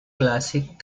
classic